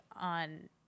on